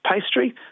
pastry